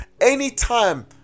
anytime